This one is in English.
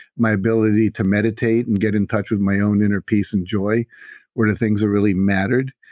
my ability to meditate and get in touch with my own inner peace and joy were the things are really mattered.